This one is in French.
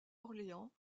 orléans